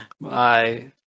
Bye